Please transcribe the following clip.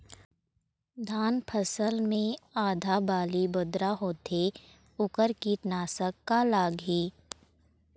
धान फसल मे आधा बाली बोदरा होथे वोकर कीटनाशक का लागिही?